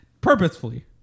Purposefully